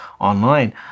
online